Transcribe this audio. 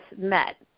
met